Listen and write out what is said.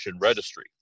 Registry